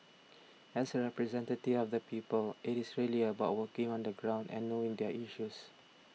as a representative of the people it is really about working on the ground and knowing their issues